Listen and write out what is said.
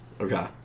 Okay